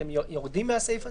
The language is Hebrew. האם אתם יורדים מהסעיף הזה?